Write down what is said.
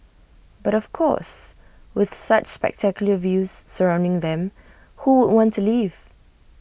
but of course with such spectacular views surrounding them who would want to leave